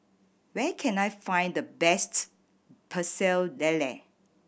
where can I find the best Pecel Lele